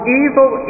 evil